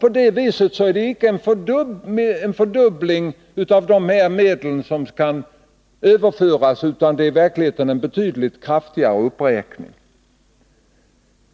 På det viset är det icke en fördubbling av de medel som kan överföras, utan det är i verkligheten en betydligt kraftigare uppräkning.